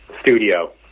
studio